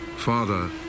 Father